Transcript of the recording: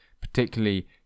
particularly